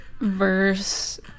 verse